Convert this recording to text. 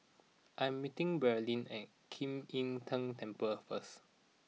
I'm meeting Braelyn at Kim Im Tng Temple first